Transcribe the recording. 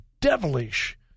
devilish